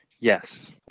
Yes